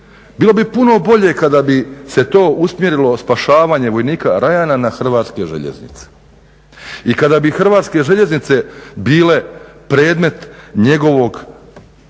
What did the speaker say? Bilo bi puno bolje kada bi se to usmjerilo spašavanje vojnika Ryana na HŽ i kada bi HŽ bile predmet njegovog